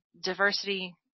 diversity